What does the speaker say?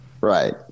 Right